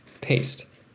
paste